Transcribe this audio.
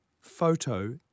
photo